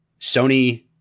Sony